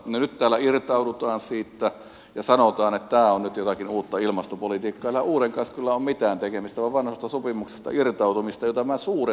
no nyt täällä irtaudutaan siitä ja sanotaan että tämä on nyt jotakin uutta ilmastopolitiikkaa ja uuden kanssa tällä kyllä ei ole mitään tekemistä vaan tämä on vanhasta sopimuksesta irtautumista mitä minä suuresti ihmettelen